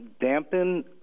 dampen